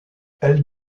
elle